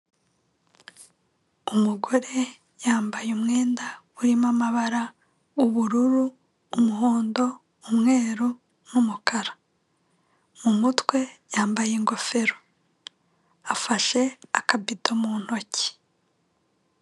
Umugore yambaye umwenda urimo amabara ubururu, umuhondo, umweru n'umukara mu mutwe yambaye ingofero, afashe akabido mu ntoki.